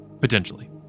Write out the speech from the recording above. Potentially